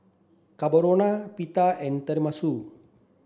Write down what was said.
Carbonara Pita and Tenmusu